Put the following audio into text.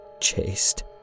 chased